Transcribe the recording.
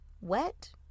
wet